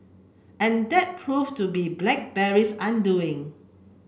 and that proved to be BlackBerry's undoing